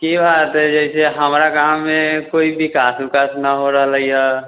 की हाल छै हमरा गाँवमे कोइ विकास उकास नहि हो रहलै हइ